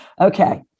Okay